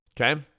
Okay